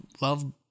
love